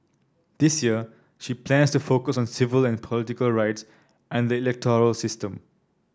this year she plans to focus on civil and political rights and the electoral system